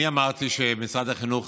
אני אמרתי שמשרד החינוך